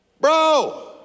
Bro